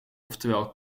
oftewel